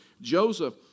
Joseph